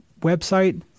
website